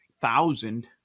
thousand